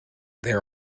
there